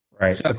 Right